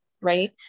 right